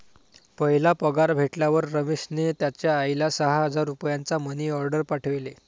पहिला पगार भेटल्यावर रमेशने त्याचा आईला सहा हजार रुपयांचा मनी ओर्डेर पाठवले